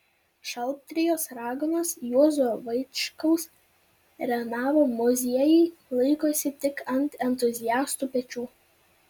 šatrijos raganos juozo vaičkaus renavo muziejai laikosi tik ant entuziastų pečių